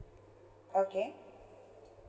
okay